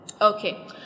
Okay